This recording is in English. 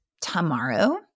tomorrow